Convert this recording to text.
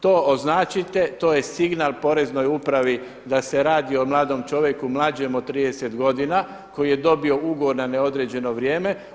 To označite, to je signal Poreznoj upravi da se radi o mladom čovjeku mlađem od 30 godina koji je dobio ugovor na neodređeno vrijeme.